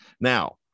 Now